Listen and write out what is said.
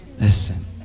Listen